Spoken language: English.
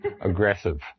aggressive